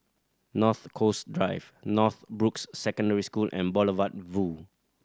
North Coast Drive Northbrooks Secondary School and Boulevard Vue